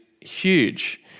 huge